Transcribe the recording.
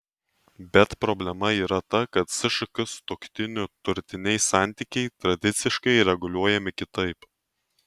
bet problema yra ta kad sšk sutuoktinių turtiniai santykiai tradiciškai reguliuojami kitaip